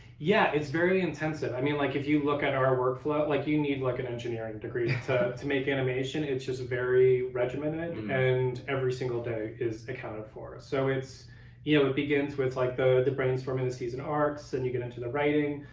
yeah, it's very intensive. i mean, like if you look at our workflow, like you need like an engineering degree. laughs to make animation, it's just very regimented, and you know and every single day is accounted for. so, you know it begins with like the the brainstorming the season arcs, then you get into the writing,